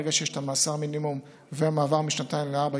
ברגע שיש את מאסר המינימום והמעבר משנתיים לארבע,